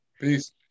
peace